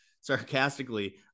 sarcastically